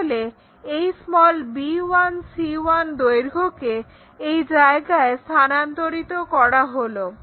তাহলে এই b1 c1 দৈর্ঘ্যকে এই জায়গায় স্থানান্তরিত করা হলো